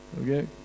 okay